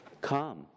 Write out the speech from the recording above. come